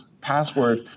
password